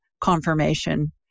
confirmation